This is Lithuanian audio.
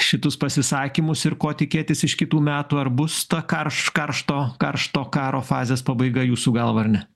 šitus pasisakymus ir ko tikėtis iš kitų metų ar bus ta karš karšto karšto karo fazės pabaiga jūsų galva ar ne